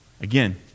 Again